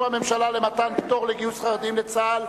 הממשלה למתן פטור לחרדים מגיוס לצה"ל,